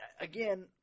again